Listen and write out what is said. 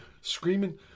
Screaming